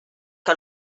que